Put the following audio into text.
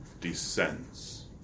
descends